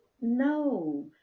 no